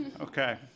Okay